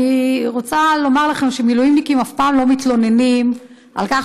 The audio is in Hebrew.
אני רוצה לומר לכם שמילואימניקים אף פעם לא מתלוננים על כך